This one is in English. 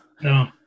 no